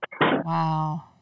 Wow